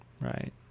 Right